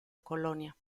colonia